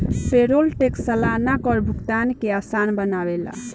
payroll tax सलाना कर भुगतान के आसान बनावेला